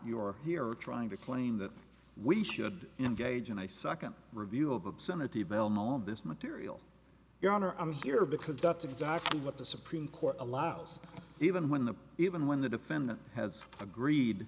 you're here trying to claim that we should engage in a second review of obscenity belmont this material your honor i'm here because that's exactly what the supreme court allows even when the even when the defendant has agreed